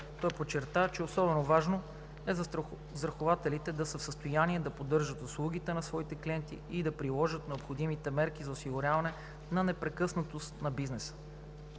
Той подчерта, че особено важно е застрахователите да са в състояние да поддържат услугите на своите клиенти и да приложат необходимите мерки за осигуряване на непрекъснатост на бизнеса.